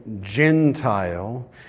Gentile